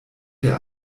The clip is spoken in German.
der